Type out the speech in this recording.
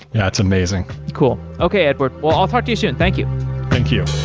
yeah, it's amazing cool. okay, edward. well, i'll talk to you soon. thank you thank you